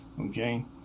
okay